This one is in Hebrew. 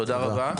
תודה רבה.